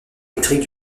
électrique